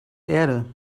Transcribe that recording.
erde